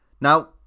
Now